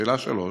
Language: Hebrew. לשאלה 3: